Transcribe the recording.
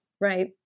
Right